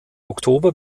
oktober